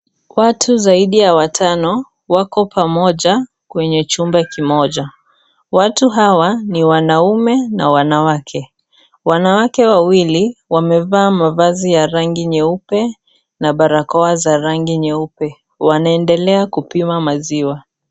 Watu zaidi ya watano wako pamoja kwenye chumba kimoja watu hawa ni wanaume na wanawake, wanawake wawili wamevaa mavazi ya rangi nyeupe na barakoa za rangi nyeupe, wanaendelea kupima maziwa.